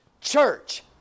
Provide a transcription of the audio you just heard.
church